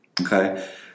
Okay